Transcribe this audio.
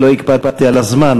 ולא הקפדתי על הזמן.